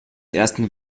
ersten